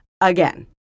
again